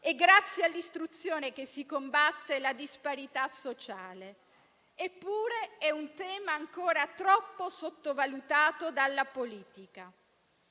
È grazie all'istruzione che si combatte la disparità sociale, eppure è un tema ancora troppo sottovalutato dalla politica.